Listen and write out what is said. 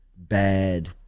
bad